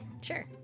Sure